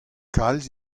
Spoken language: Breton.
kalz